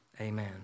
Amen